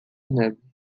neve